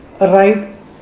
arrived